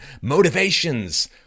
motivations